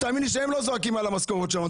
תאמין לי שהם לא זועקים על המשכורות שלנו.